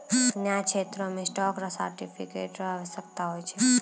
न्याय क्षेत्रो मे स्टॉक सर्टिफिकेट र आवश्यकता होय छै